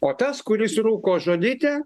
o tas kuris rūko žolytę